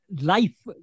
life